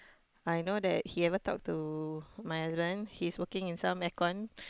I know that he ever talk to my husband he's working in some air con